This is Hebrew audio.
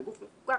זה גוף מפוקח,